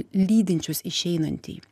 lydinčius išeinantį